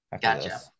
gotcha